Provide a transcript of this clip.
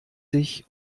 sich